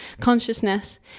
consciousness